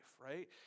right